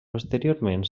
posteriorment